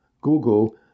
Google